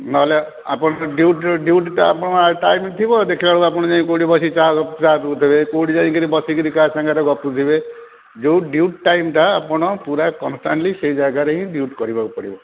ନ ହେଲେ ଆପଣଙ୍କ ଡ୍ୟୁଟି ଡ୍ୟୁଟିଟା ଆପଣଙ୍କ ଟାଇମ୍ ଥିବ ଦେଖିଲା ବେଳକୁ ଆପଣ ଯାଇ କେଉଁଠି ବସିକି ଚା' ପିଉଥିବେ କେଉଁଠି ଯାଇକି ବସି କରି କାହା ସାଙ୍ଗରେ ଗପୁଥିବେ ଯେଉଁ ଡ୍ୟୁଟି ଟାଇମ୍ଟା ଆପଣ ପୁରା କନ୍ଷ୍ଟାଟ୍ଲି ସେଇ ଜାଗାରେ ହିଁ ଡ୍ୟୁଟି କରିବାକୁ ପଡ଼ିବ